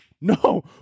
no